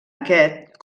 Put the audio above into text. aquest